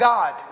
God